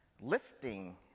lifting